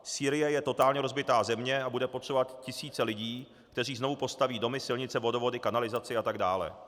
Sýrie je totálně rozbitá země a bude potřebovat tisíce lidí, kteří znovu postaví domy, silnice, vodovody, kanalizaci a tak dále.